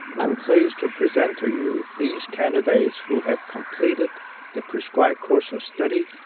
i'm pleased to present to you these candidates who have completed the prescribed course of study,